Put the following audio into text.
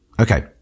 Okay